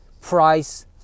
price